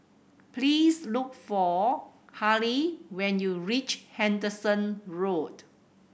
please look for Halle when you reach Henderson Road